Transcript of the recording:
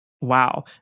Wow